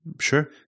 sure